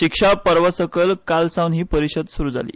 शिक्षा पर्वा सकल कालसावन ही परिशद सुरु जाली